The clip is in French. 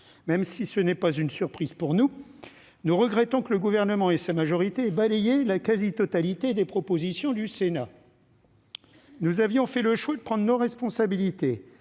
Même si ce n'est pas une surprise pour nous, nous regrettons que le Gouvernement et sa majorité aient balayé la quasi-totalité des propositions du Sénat. Nous avions fait le choix de prendre nos responsabilités,